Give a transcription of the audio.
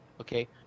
okay